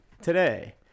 today